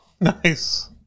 Nice